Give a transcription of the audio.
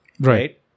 right